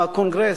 בקונגרס.